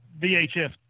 VHF